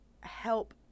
help